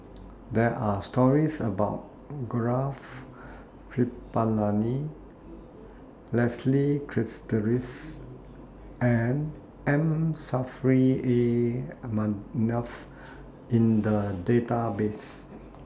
There Are stories about Gaurav Kripalani Leslie Charteris and M Saffri A in The Database